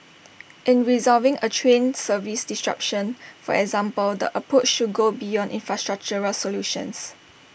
in resolving A train service disruption for example the approach should go beyond infrastructural solutions